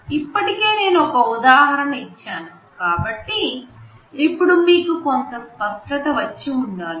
ఇప్పటికే నేను ఒక ఉదాహరణ ఇచ్చాను కాబట్టి ఇప్పుడు మీకు కొంత స్పష్టత వచ్చి ఉండాలి